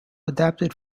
adapted